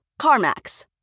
CarMax